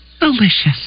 Delicious